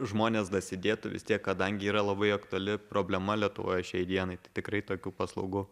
žmonės dasidėtų vis tiek kadangi yra labai aktuali problema lietuvoje šiai dienai tikrai tokių paslaugų